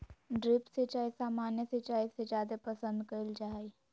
drip सिंचाई सामान्य सिंचाई से जादे पसंद कईल जा हई